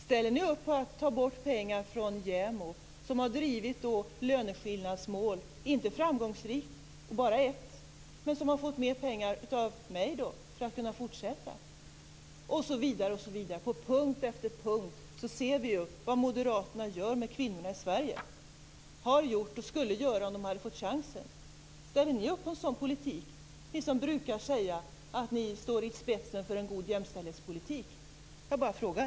Ställer ni upp på att ta bort pengar från JämO, som har drivit löneskillnadsmål - inte framgångsrikt och bara ett - men som har fått mer pengar av mig för att kunna fortsätta? På punkt efter punkt ser vi vad Moderaterna gör med kvinnorna i Sverige, vad de har gjort och vad de skulle göra om de fick chansen. Ställer ni i Folkpartiet upp på en sådan politik - ni som brukar säga att ni står i spetsen för en god jämställdhetspolitik? Jag bara frågar.